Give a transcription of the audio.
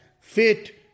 fit